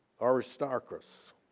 Aristarchus